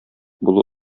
булу